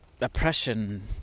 oppression